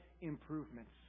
improvements